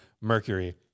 Mercury